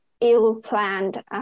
ill-planned